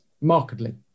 markedly